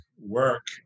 work